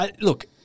Look